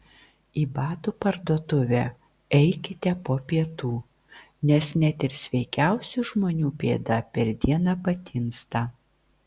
į batų parduotuvę eikite po pietų nes net ir sveikiausių žmonių pėda per dieną patinsta